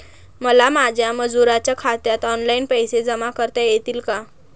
मला माझ्या मजुरांच्या खात्यात ऑनलाइन पैसे जमा करता येतील का?